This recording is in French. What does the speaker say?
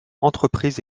entreprises